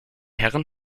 herren